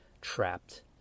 trapped